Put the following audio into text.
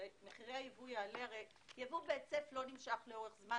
ייבוא והיצף לא נמשכים לאורך זמן,